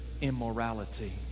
Immorality